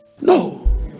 No